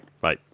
Bye